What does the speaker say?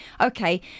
Okay